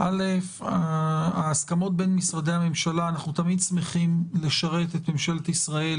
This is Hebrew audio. אנחנו תמיד שמחים לשרת את ממשלת ישראל